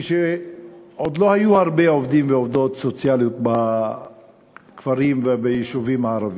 כשעוד לא היו הרבה עובדים ועובדות סוציאליות בכפרים וביישובים הערביים.